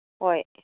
ꯍꯣꯏ